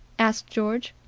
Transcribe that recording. asked george.